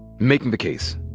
making the case.